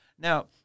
now